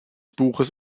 buches